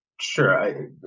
Sure